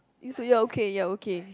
is you you are okay you're okay